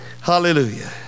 Hallelujah